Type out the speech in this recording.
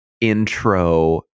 intro